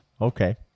Okay